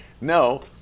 no